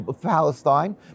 Palestine